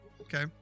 Okay